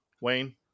Wayne